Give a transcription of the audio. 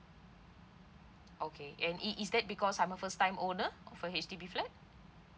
okay and is is that because I'm a first time owner for H_D_B flat